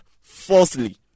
falsely